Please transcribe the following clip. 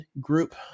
group